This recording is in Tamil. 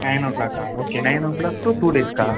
நைன் ஓ க்ளாக்கா okay nine o'clock to two டேஸ்க்கா